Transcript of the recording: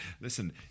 Listen